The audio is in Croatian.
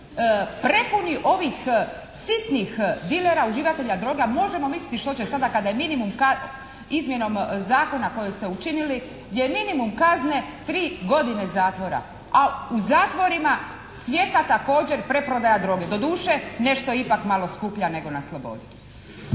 prepuni ovih sitnih dilera uživatelja droge, a možemo misliti što će sada kada je minimum izmjene zakona koji ste učinili, gdje je minimum kazne 3 godine zatvora, a u zatvorima cvjeta također preprodaja droge. Doduše nešto ipak malo skuplja nego na slobodi.